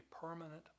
permanent